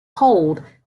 hold